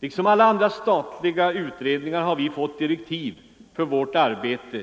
Liksom alla andra statliga utredningar har vi fått direktiv för vårt arbete.